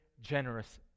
generous